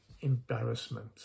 embarrassment